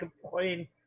complain